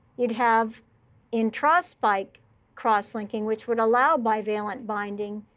you'd have intra-spike cross-linking, which would allow bivalent binding,